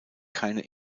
keine